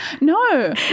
no